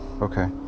Okay